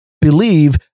believe